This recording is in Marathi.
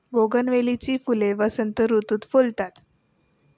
बोगनवेलीची फुले वसंत ऋतुत फुलतात